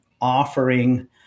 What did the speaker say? offering